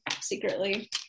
secretly